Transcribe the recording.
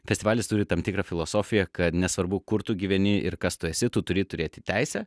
festivalis turi tam tikrą filosofiją kad nesvarbu kur tu gyveni ir kas tu esi tu turi turėti teisę